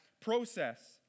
process